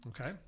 okay